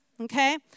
Okay